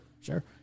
sure